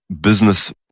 business